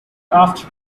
after